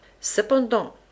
Cependant